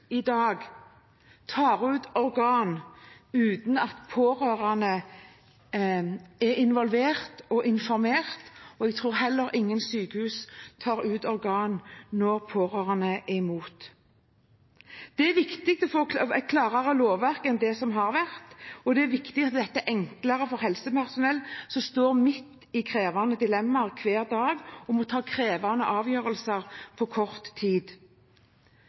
i dag tar ut organer uten at pårørende er involvert og informert, og jeg tror heller ikke at det er noen sykehus som tar ut organer når pårørende er imot det. Det er viktig å få et klarere lovverk enn det som har vært, og det er viktig at dette blir enklere for helsepersonell, som står midt i krevende dilemmaer hver dag, og som må ta krevende avgjørelser på kort tid.